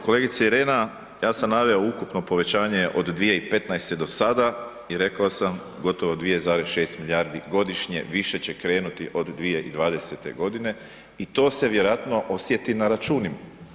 Kolegice Irena, ja sam naveo ukupno povećanje od 2015. do sada i rekao sam gotovo 2,6 milijardi godišnje više će krenuti od 2020. godine i to se vjerojatno osjeti na računima.